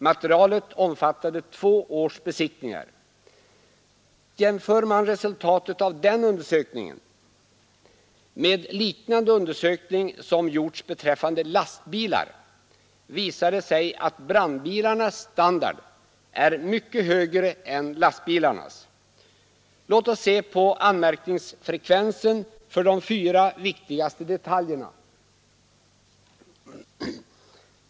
Materialet omfattade två års besiktningar. Jämför man resultatet av den undersökningen med liknande undersökning som gjorts beträffande lastbilar, visar det sig att brandbilarnas standard är mycket högre än lastbilarnas. Låt oss se på anmärkningsfrekvensen för de fyra viktigaste detaljerna.